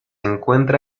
encuentra